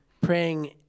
praying